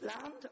Land